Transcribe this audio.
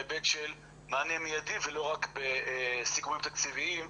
בהיבט של מענה מיידי ולא רק בסיכומים תקציביים,